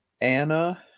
Anna